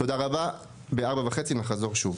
תודה רבה, ב-16:30 נחזור שוב.